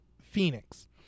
Phoenix